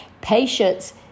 Patience